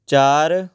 ਚਾਰ